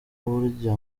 burya